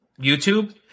YouTube